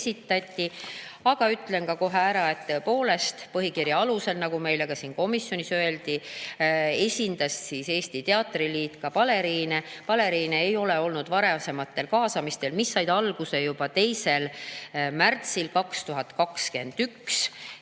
Ütlen kohe ära, et tõepoolest, põhikirja alusel, nagu meile ka siin komisjonis öeldi, esindas baleriine Eesti Teatriliit. Baleriine ei ole olnud varasematel kaasamistel, mis said alguse juba 2. märtsil 2021.